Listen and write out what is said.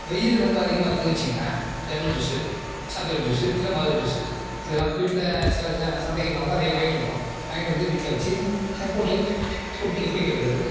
வெயில் ரொம்ப அதிகமாக இருக்குனு வச்சிங்களேன் லெமன் ஜூஸு சாத்துக்குடி ஜூஸு இல்லை மாதுளை ஜூஸு இதெல்லாம் வீட்டில் சில ச நான் சந்தைக்கு போனாக்க அதை நான் வாங்கிட்டு வருவேன் வாங்கிட்டு வந்து வீட்டில் வச்சு போட்டு குடிக்க குடிக்கிறது அது